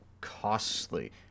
costly